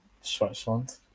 Switzerland